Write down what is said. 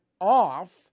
off